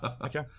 Okay